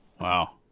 wow